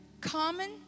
common